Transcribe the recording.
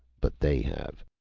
but they have!